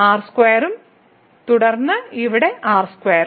r സ്ക്വയറും തുടർന്ന് ഇവിടെ r സ്ക്വയറും